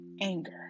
anger